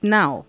now